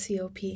COP